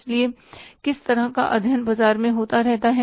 इसलिए किस तरह का अध्ययन बाजार में होता रहता है